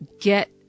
get